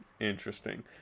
interesting